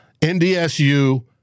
NDSU